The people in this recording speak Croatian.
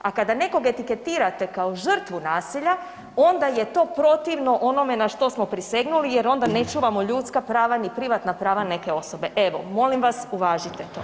A kada nekog etiketirate kao žrtvu nasilja onda je to protivno onome na što smo prisegnuli jer onda ne čuvamo ljudska prava ni privatna prava neke osobe, evo molim vas uvažite to.